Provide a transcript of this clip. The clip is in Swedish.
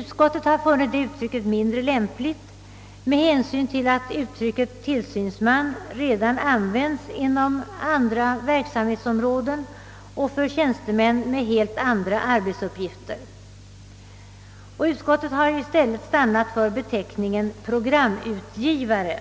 Utskottet har funnit uttrycket mindre lämpligt med hänsyn till att ordet tillsynsman redan används inom andra verksamhetsområden och för tjänstemän med helt andra arbetsuppgifter. Utskottet har därför i stället stannat för beteckningen programutgivare,